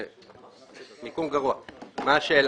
מה השאלה.